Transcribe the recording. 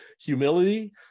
Humility